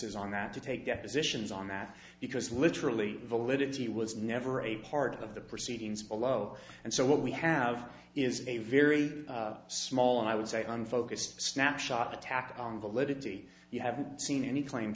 witnesses on that to take depositions on that because literally validity was never a part of the proceedings below and so what we have is a very small i would say unfocused snapshot attacked on validity you haven't seen any claim